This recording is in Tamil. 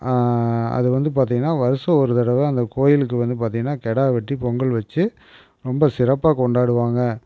அது வந்து பார்த்திங்கனா வருஷம் ஒரு தடவை அந்த கோவிலுக்கு வந்து பார்த்திங்கனா கெடா வெட்டி பொங்கல் வெச்சு ரொம்ப சிறப்பாக கொண்டாடுவாங்க